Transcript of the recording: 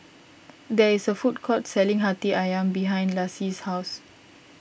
there is a food court selling Hati Ayam behind Lassie's house